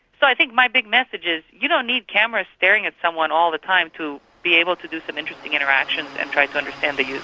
so i think my big message is you don't need cameras staring at someone all the time to be able to do some interesting interactions and try to understand the